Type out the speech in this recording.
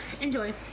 enjoy